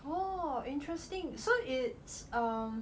orh interesting so it's um